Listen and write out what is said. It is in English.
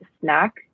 snack